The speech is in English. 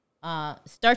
Start